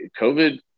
COVID